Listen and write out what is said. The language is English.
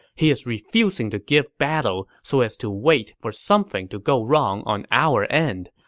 he is refusing to give battle so as to wait for something to go wrong on our end.